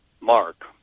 mark